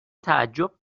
تعجب